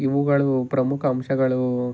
ಇವುಗಳು ಪ್ರಮುಖ ಅಂಶಗಳು